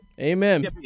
Amen